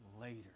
later